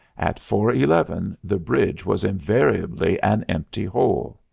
at four-eleven the bridge was invariably an empty hole.